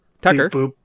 Tucker